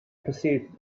perceived